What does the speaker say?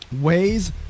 ways